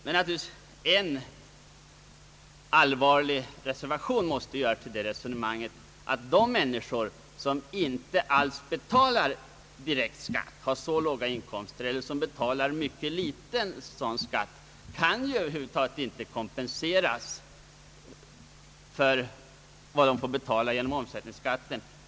Men en allvarlig reservation måste göras till resonemanget: De människor i mycket små omständigheter som inte alls betalar direkt statsskatt eller som betalar mycket liten sådan kan inte genom ändrade skalor kompenseras för vad de får betala genom höjd omsättningsskatt.